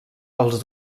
els